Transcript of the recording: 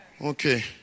Okay